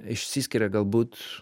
išsiskiria galbūt